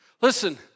Listen